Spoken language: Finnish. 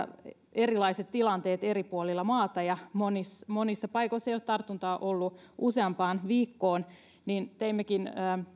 erilaiset tilanteet eri puolilla maata ja monissa monissa paikoissa ei ole tartuntaa ollut useampaan viikkoon niin teimmekin